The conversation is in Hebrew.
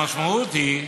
המשמעות היא,